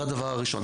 זה הדבר הראשון.